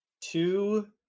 two